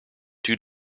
two